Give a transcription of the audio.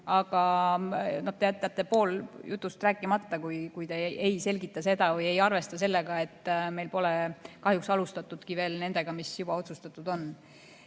Aga te jätate pool jutust rääkimata, kui te ei selgita seda või ei arvesta sellega, et meil pole kahjuks alustatudki nendega, mis juba otsustatud